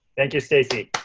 thank you stacey.